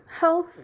health